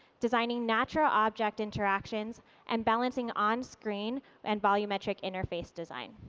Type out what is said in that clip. designing natural object interactions and balancing on screen and volumetric interface design.